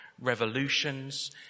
revolutions